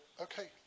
Okay